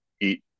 eat